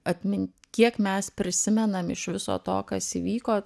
atmin kiek mes prisimenam iš viso to kas įvyko